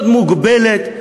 מאוד מוגבלת,